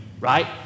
right